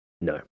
No